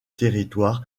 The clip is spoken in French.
territoire